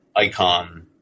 icon